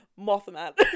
Mothman